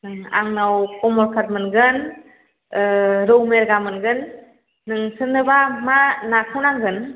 आंनाव कमनकाट मोनगोन रौ मेरगा मोनगोन नोंसोरनोबा मा नाखौ नांगोन